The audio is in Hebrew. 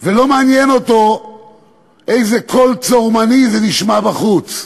ולא מעניין אותו איזה קול צורמני נשמע בחוץ.